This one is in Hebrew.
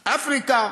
אפריקה,